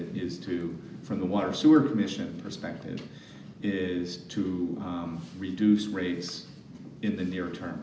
it is to from the water sewer commission perspective is to reduce rates in the near term